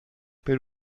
per